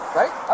right